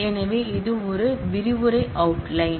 எனவே இது ஒரு விரிவுரை அவுட் லைன்